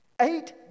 Eight